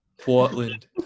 Portland